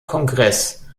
kongress